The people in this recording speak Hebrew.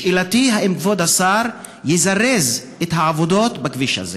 שאלתי, האם כבוד השר יזרז את העבודות בכביש הזה?